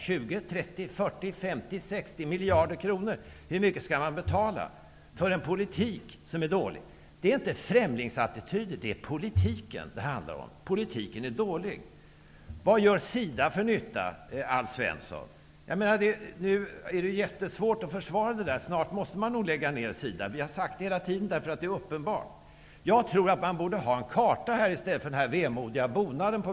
20, 30, 40, 50, 60 miljarder kronor, hur mycket skall man betala för en politik som är dålig? Det handlar inte om främlingsattityder. Det är politiken det handlar om. Politiken är dålig. Vad gör SIDA för nytta, Alf Svensson? Det är jättesvårt att försvara det som sker. Snart måste man nog lägga ned SIDA. Vi har sagt det hela tiden, för det är uppenbart. Jag tror att man borde ha en karta här på väggen i stället för den vemodiga bonaden.